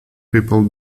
people